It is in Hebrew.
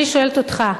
אני שואלת אותך,